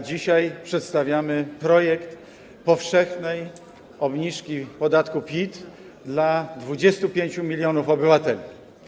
Dzisiaj przedstawiamy projekt powszechnej obniżki podatku PIT dla 25 mln obywateli.